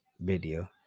video